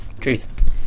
Truth